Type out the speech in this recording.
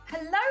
Hello